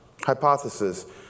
hypothesis